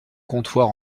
comptoir